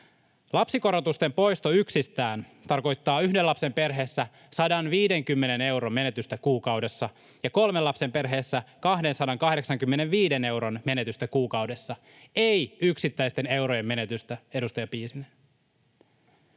lapsikorotusten poisto tarkoittaa yhden lapsen perheessä 150 euron menetystä kuukaudessa ja kolmen lapsen perheessä 285 euron menetystä kuukaudessa — ei yksittäisten eurojen menetystä, edustaja Piisinen.